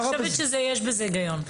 אני חושבת שיש בזה היגיון.